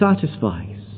satisfies